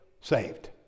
saved